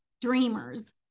dreamers